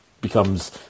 becomes